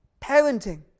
parenting